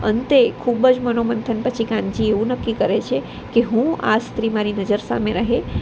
અંતે ખૂબ જ મનોમંથન પછી કાનજી એવું નક્કી કરે છે કે હું આ સ્ત્રી મારી નજર સામે રહે